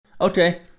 okay